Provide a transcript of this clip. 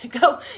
go